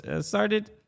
started